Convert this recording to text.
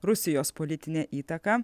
rusijos politinė įtaka